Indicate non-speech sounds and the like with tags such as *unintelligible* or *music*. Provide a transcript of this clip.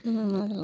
வேறு *unintelligible*